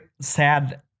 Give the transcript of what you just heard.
sad